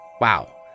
Wow